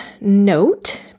note